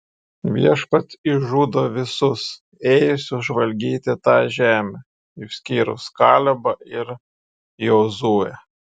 viešpats išžudo visus ėjusius žvalgyti tą žemę išskyrus kalebą ir jozuę